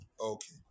Okay